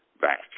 back